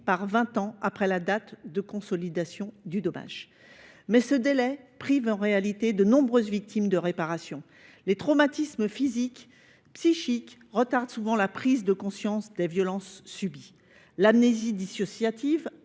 vingt ans après la date de consolidation du dommage. En réalité, ce délai prive de réparation de nombreuses victimes. Les traumatismes physiques et psychiques retardent souvent la prise de conscience des violences subies. L’amnésie dissociative,